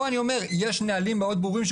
פה יש נהלים מאוד ברורים,